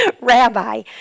Rabbi